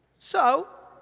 so,